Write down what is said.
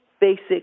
basic